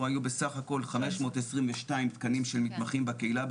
היו בסך הכל 522 תקנים של מתמחים בקהילה,